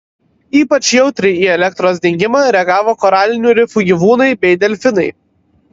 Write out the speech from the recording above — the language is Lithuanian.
ypač jautriai į elektros dingimą reagavo koralinių rifų gyvūnai bei delfinai